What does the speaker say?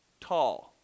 tall